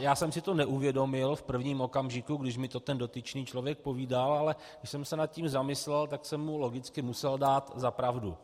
Já jsem si to neuvědomil v prvním okamžiku, když mi to ten dotyčný člověk povídal, ale když jsem se nad tím zamyslel, musel jsem mu logicky dát za pravdu.